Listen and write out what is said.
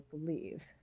believe